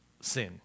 sin